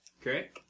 Okay